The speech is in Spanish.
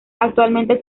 actualmente